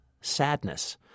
sadness